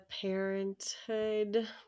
parenthood